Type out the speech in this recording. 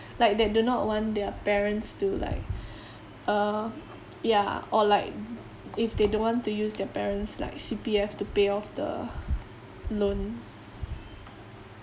like that do not their parents to like err ya or like if they don't want to use their parents' like C_P_F to pay off the loan